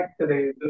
today